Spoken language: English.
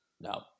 No